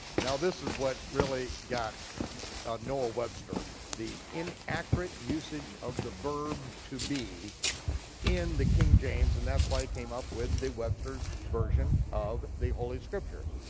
now this is what really got noah webster the inaccurate usage of the verb to be in the king james, and that's why he came up with the webster's version of the holy scriptures.